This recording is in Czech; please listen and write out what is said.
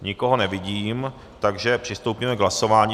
Nikoho nevidím, takže přistoupíme k hlasování.